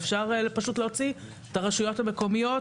ואפשר פשוט להוציא את הרשויות המקומיות.